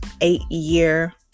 eight-year